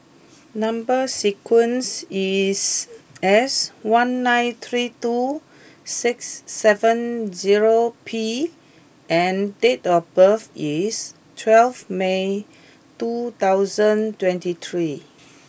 number sequence is S one nine three two six seven zero P and date of birth is twelve May two thousand twenty three